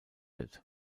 wird